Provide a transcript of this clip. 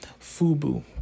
Fubu